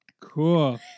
Cool